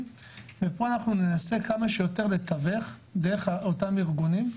ופה אנחנו ננסה כמה שיותר לתווך דרך אותם ארגונים.